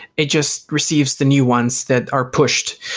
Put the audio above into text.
it just receives the new ones that are pushed.